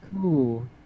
cool